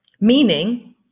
meaning